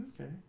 Okay